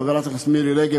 חברת הכנסת מירי רגב,